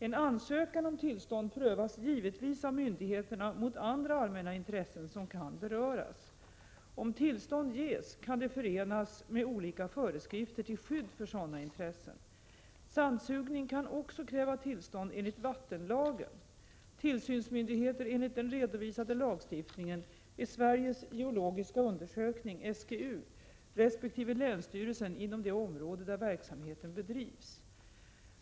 En ansökan om tillstånd prövas givetvis av myndigheterna mot andra allmänna intressen som kan beröras. Om tillstånd ges kan det förenas med olika föreskrifter till skydd för sådana intressen. Sandsugning kan också kräva tillstånd enligt vattenlagen . Tillsynsmyndigheter enligt den redovisade lagstiftningen är Sveriges geologiska undersökning resp. länsstyrelsen inom det område där verksamheten bedrivs.